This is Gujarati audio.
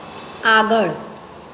આગળ